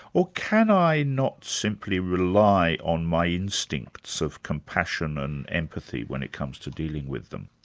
or can i not simply rely on my instincts of compassion and empathy when it comes to dealing with them?